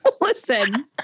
listen